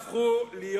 אל תהפכו להיות